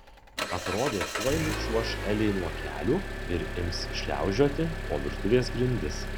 atrodė tuoj nučiuoš elei nuo kelių ir ims šliaužioti po virtuvės grindis